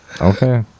okay